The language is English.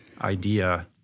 idea